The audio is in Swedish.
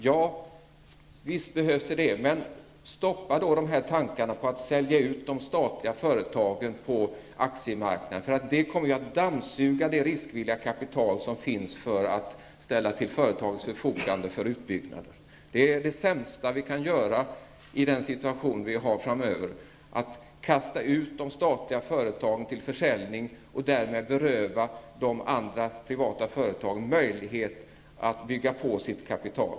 Ja, visst behövs det. Men skrinlägg då planerna på att sälja ut de statliga företagen på aktiemarknaden! Det kommer att dammsuga marknaden på det riskvilliga kapital som kan ställas till företagens förfogande för utbyggnad. Det sämsta vi kan göra i den situation som vi får framöver är att kasta ut de statliga företagen för försäljning och därmed beröva de andra, privata företagen möjlighet att bygga på sitt kapital.